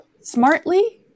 smartly